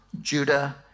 Judah